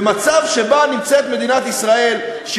במצב שמדינת ישראל נמצאת בו,